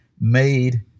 made